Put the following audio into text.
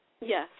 Yes